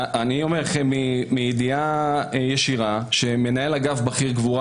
אני אומר לכם מידיעה ישירה שמנהל אגף בכיר קבורה